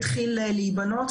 בדיון של הוועדה הנופית,